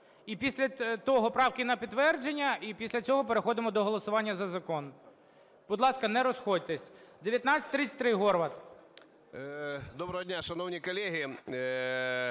Доброго дня, шановні колеги.